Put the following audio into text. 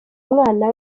umwana